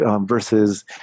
Versus